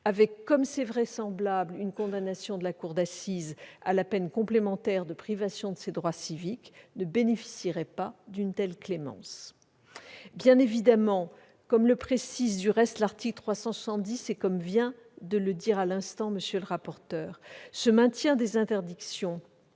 avec, comme c'est vraisemblable, une condamnation de la cour d'assises à la peine complémentaire de privation de ses droits civiques, ne bénéficierait pas d'une telle clémence. Bien évidemment, comme le précise l'article 370 et comme vient de le dire à l'instant M. le rapporteur, le maintien de ces interdictions